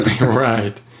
Right